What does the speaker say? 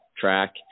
track